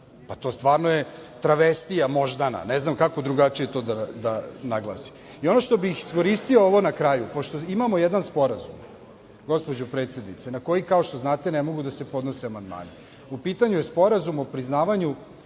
To stvarno je travestija, moždana, ne znam kako drugačije to da naglasim. Ono što bih iskoristio na kraju, pošto imamo jedan sporazum, gospođo predsednice, na koji kao što znate, ne mogu da se podnose amandmani, u pitanju je Sporazum o priznavanju